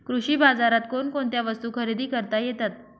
कृषी बाजारात कोणकोणत्या वस्तू खरेदी करता येतात